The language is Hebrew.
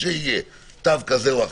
כשיהיה תו כזה או אחר.